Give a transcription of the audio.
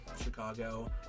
Chicago